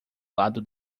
lado